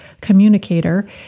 communicator